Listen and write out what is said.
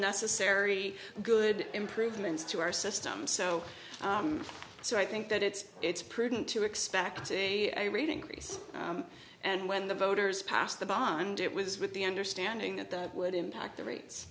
necessary good improvements to our system so so i think that it's it's prudent to expect a rate increase and when the voters passed the bond it was with the understanding that they would impact the rates